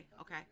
okay